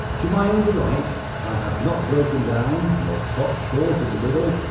to my own delight, i had not broken down, nor stopped short in the middle,